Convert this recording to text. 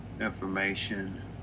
information